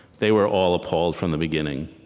they were all appalled from the beginning.